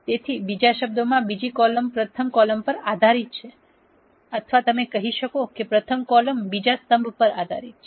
તેથી બીજા શબ્દોમાં બીજી કોલમપ્રથમ કોલમ પર આધારિત છે અથવા તમે કહી શકો છો કે પ્રથમ કોલમ બીજા સ્તંભ પર આધારિત છે